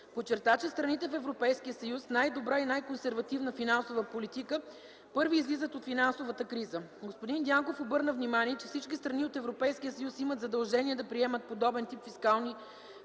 Подчерта, че страните в Европейския съюз с най-добра и най-консервативна финансова политика първи излизат от финансовата криза. Господин Дянков обърна внимание, че всички страни от Европейския съюз имат задължение да примат подобен тип фискални финансови